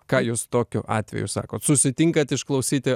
ką jūs tokiu atveju sakot susitinkat išklausyti